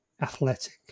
athletic